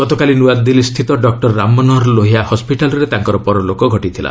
ଗତକାଲି ନୂଆଦିଲ୍ଲୀସ୍ଥିତ ଡକ୍ଟର ରାମମନୋହର ଲୋହିଆ ହସ୍କିଟାଲ୍ରେ ତାଙ୍କର ପରଲୋକ ଘଟିଥିଲା